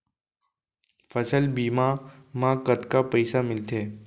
फसल बीमा म कतका पइसा मिलथे?